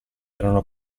erano